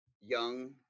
young